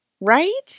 right